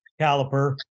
caliper